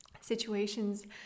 situations